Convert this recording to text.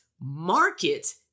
market